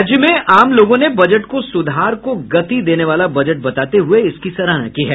राज्य में आम लोगों ने बजट को सुधार को गति देने वाला बजट बताते हुए इसकी सराहना की है